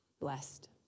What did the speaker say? Blessed